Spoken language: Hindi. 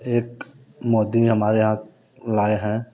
एक मोदी हमारे यहाँ लाए हैं